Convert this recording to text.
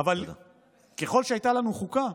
ככל שהייתה לנו חוקה,